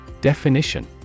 Definition